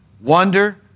Wonder